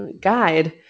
guide